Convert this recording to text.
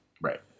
Right